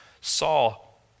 Saul